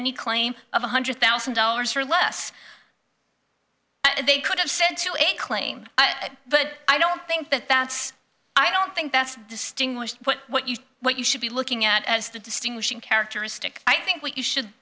any claim of one hundred thousand dollars or less they could have said to a claim but i don't think that that's i don't think that's distinguished what you what you should be looking at as the distinguishing characteristic i think what you should